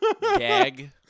gag